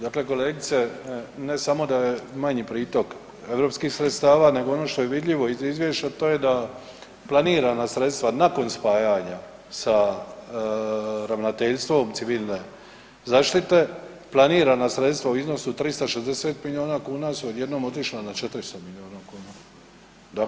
Dakle kolegice, ne samo da je manji pritok europskih sredstava nego ono što je vidljivo iz Izvješća to je da planirana sredstva, nakon spajanja sa Ravnateljstvom civilne zaštite planirana sredstva u iznosu 360 milijuna kuna su odjednom otišla na 400 milijuna kuna.